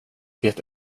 det